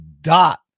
dot